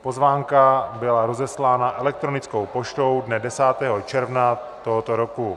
Pozvánka byla rozeslána elektronickou poštou dne 10. června tohoto roku.